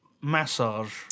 massage